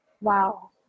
wow